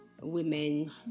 women